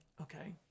Okay